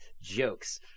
jokes